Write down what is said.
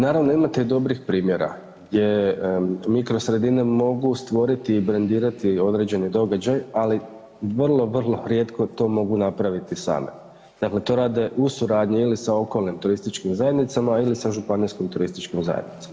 Naravno imate i dobrih primjera gdje mikro sredine mogu stvoriti i brendirati određeni događaj, ali vrlo vrlo rijetko to mogu napraviti same, dakle to rade u suradnji ili sa okolnim turističkim zajednicama ili sa županijskim turističkim zajednicama.